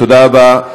תודה רבה.